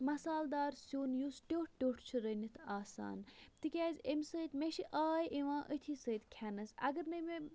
مَسالہٕ دار سِیُن یُس ٹیٚوٹھ ٹیٚوٹھ چھُ رٔنِتھ آسان تِکیاز امہِ سۭتۍ مےٚ چھُ آیۍ یِوان أتھی سۭتۍ کھیٚنَس اگر نٔے مےٚ